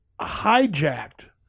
hijacked